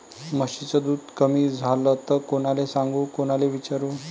म्हशीचं दूध कमी झालं त कोनाले सांगू कोनाले विचारू?